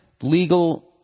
legal